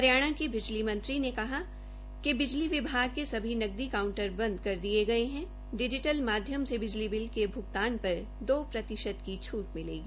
हरियाणा के बिजली मंत्री ने कहा कि बिजली विभाग के सभी नकदी काउंटर बंद कर दिये गये है डिजीटल माध्यम में बिजली बिल के भुगतान पर दो प्रतिशत की छूट मिलेगी